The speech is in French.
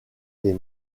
les